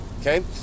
okay